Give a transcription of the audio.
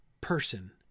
person